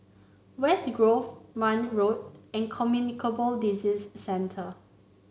West Grove Marne Road and Communicable Disease Centre